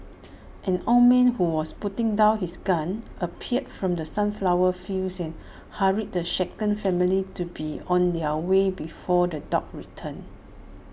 an old man who was putting down his gun appeared from the sunflower fields and hurried the shaken family to be on their way before the dogs return